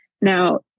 now